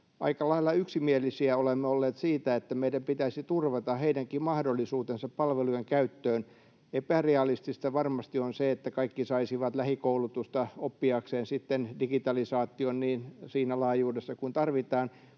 aika lailla yksimielisiä olemme olleet siitä, että meidän pitäisi turvata heidänkin mahdollisuutensa palvelujen käyttöön. Epärealistista varmasti on se, että kaikki saisivat lähikoulutusta oppiakseen sitten digitalisaation siinä laajuudessa kuin tarvitaan,